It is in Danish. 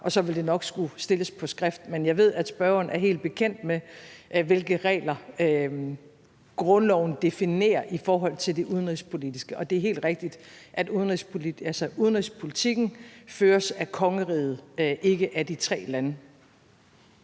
og så vil det nok skulle stilles på skrift. Men jeg ved, at spørgeren er helt bekendt med, hvilke regler grundloven definerer i forhold til det udenrigspolitiske. Og det er helt rigtigt, at udenrigspolitikken føres af kongeriget, ikke af de tre lande.